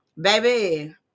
baby